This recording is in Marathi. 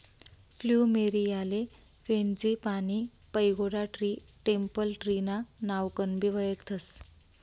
फ्लुमेरीयाले frangipani, pagoda tree, temple tree ना नावकनबी वयखतस